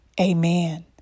Amen